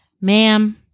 Ma'am